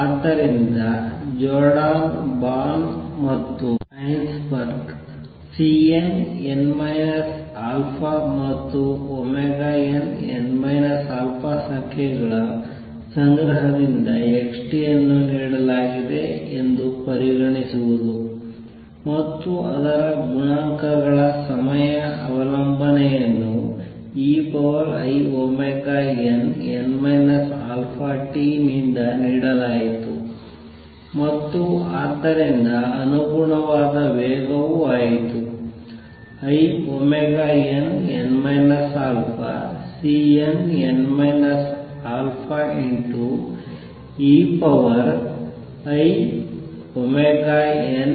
ಆದ್ದರಿಂದ Jordan Born ಮತ್ತು Heisenberg Cnn α ಮತ್ತು nn α ಸಂಖ್ಯೆಗಳ ಸಂಗ್ರಹದಿಂದ xt ಅನ್ನು ನೀಡಲಾಗಿದೆ ಎಂದು ಪರಿಗಣಿಸುವುದು ಮತ್ತು ಅದರ ಗುಣಾಂಕಗಳ ಸಮಯ ಅವಲಂಬನೆಯನ್ನು einn αt ನಿಂದ ನೀಡಲಾಯಿತು ಮತ್ತು ಆದ್ದರಿಂದ ಅನುಗುಣವಾದ ವೇಗವು ಆಯಿತು inn αCnn α einn αt